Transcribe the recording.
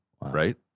right